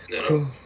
Cool